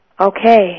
Okay